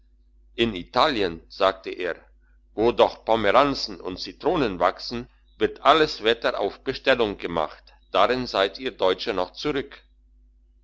in italien sagte er wo doch pomeranzen und zitronen wachsen wird alles wetter auf bestellung gemacht darin seid ihr deutsche noch zurück